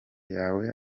yawe